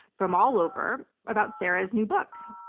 from all over, about sarah's new book.